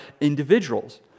individuals